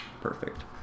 perfect